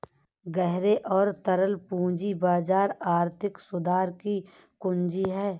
गहरे और तरल पूंजी बाजार आर्थिक सुधार की कुंजी हैं,